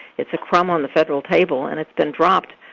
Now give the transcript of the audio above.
it's a crumb on the federal table, and it's been dropped.